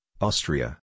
Austria